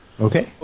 Okay